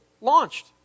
launched